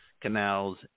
canals